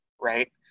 right